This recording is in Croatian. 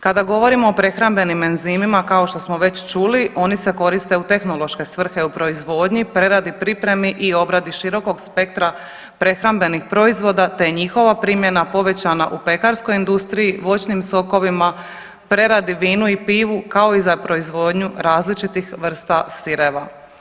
Kada govorimo o prehrambenim enzimima kao što smo već čuli oni se koriste u tehnološke svrhe u proizvodnji, preradi, pripremi i obradi širokog spektra prehrambenih proizvoda te je njihova primjena povećana u pekarskoj industriji, voćnim sokovima, preradi vinu i pivu kao i za proizvodnju različitih vrsta sireva.